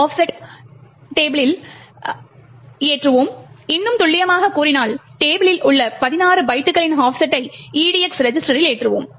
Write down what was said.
இந்த ஆஃப்செட் டேபிளில் ஏற்றுவோம் இன்னும் துல்லியமாக கூறினால் 16 பைட்டுகளின் ஆஃப்செட்டை EDX ரெஜிஸ்டரில் ஏற்றுவோம்